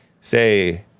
Say